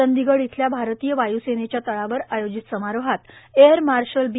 चंदीगढ इथल्या भारतीय वाय्सेनेच्या तळावर आयोजित समारोहात एअर मार्शल बी